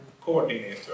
coordinator